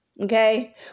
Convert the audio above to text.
okay